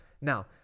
Now